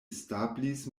establis